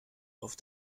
auf